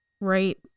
right